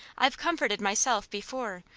i've comforted myself, before,